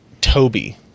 Toby